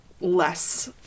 less